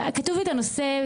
כתוב את הנושא,